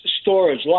storage